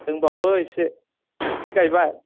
दोंबावो एसे एसे गायबाय